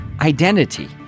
identity